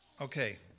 Okay